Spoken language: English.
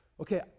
okay